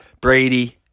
Brady